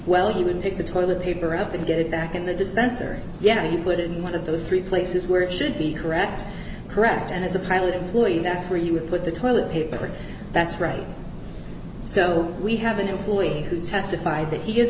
well he would pick the toilet paper up and get it back in the dispenser yeah you put it in one of those three places where it should be correct correct and as a pilot employee that's where you would put the toilet paper that's right so we have an employee who's testified that he is